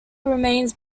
remains